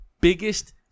Biggest